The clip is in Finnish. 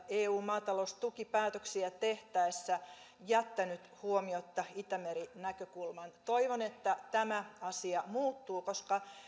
eun maataloustukipäätöksiä tehtäessä jättänyt huomiotta itämeri näkökulman toivon että tämä asia muuttuu koska